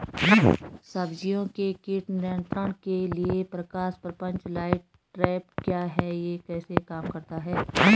सब्जियों के कीट नियंत्रण के लिए प्रकाश प्रपंच लाइट ट्रैप क्या है यह कैसे काम करता है?